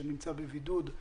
שנמצא בבידוד,